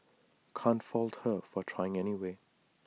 can't fault her for trying anyway